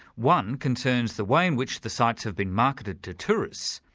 one concerns the way in which the sites have been marketed to tourists,